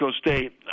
State